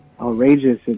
outrageous